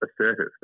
assertive